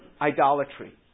idolatry